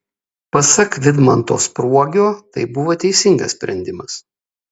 pasak vidmanto spruogio tai buvo teisingas sprendimas